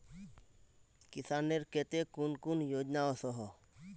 किसानेर केते कुन कुन योजना ओसोहो?